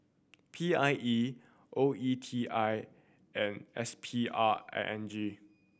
P I E O E T I and S P R I N G